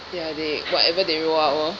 ya they whatever they rule out lor